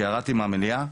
שירדתי מהמליאה,